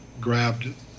grabbed